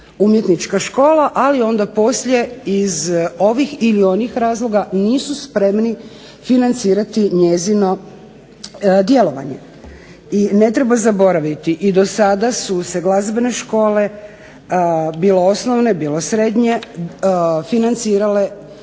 umjetnička škola, ali onda poslije iz ovih ili onih razloga nisu spremni financirati njezino djelovanje. I ne treba zaboraviti, i dosada su se glazbene škole, bilo osnovne bilo srednje, financirale